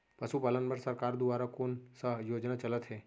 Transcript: पशुपालन बर सरकार दुवारा कोन स योजना चलत हे?